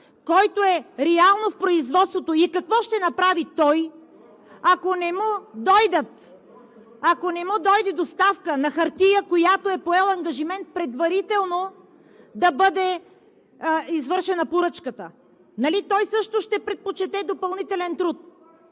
който е реално в производството, и какво ще направи той, ако не му дойде доставката на хартия, за която е поел ангажимент предварително да бъде извършена поръчката. Нали той също ще предпочете допълнителен труд?